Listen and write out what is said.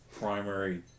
primary